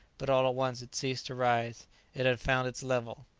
but all at once it ceased to rise it had found its level.